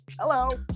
Hello